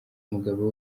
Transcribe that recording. umugabo